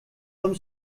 homme